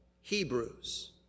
Hebrews